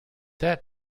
that